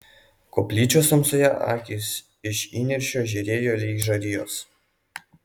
koplyčios tamsoje akys iš įniršio žėrėjo lyg žarijos